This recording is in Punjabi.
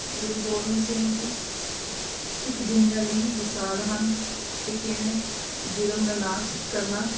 ਗੁਰੂ ਗੋਬਿੰਦ ਸਿੰਘ ਜੀ ਇੱਕ ਦੁਨੀਆਂ ਲਈ ਮਿਸਾਲ ਹਨ ਕਿ ਕਿਵੇਂ ਜ਼ੁਲਮ ਦਾ ਨਾਸ਼ ਕਰਨਾ